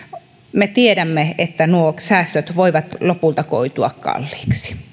me tiedämme että nuo säästöt voivat lopulta koitua kalliiksi